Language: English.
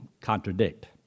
contradict